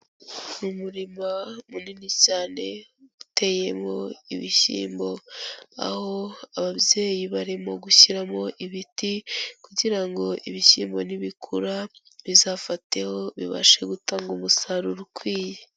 Umurima munini cyane uteyemo ibishyimbo, aho ababyeyi barimo gushyiramo ibiti kugira ngo ibishyimbo nibikura bizafateho bibashe gutanga umusaruro ukwiye.